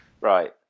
Right